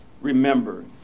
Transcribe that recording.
Remember